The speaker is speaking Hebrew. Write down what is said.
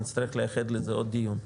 נצטרך לייחד לזה עוד דיון.